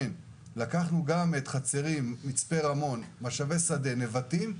לקחנו גם את חצרים, מצפה רמון, משאבי שדה, נבטים,